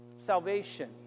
salvation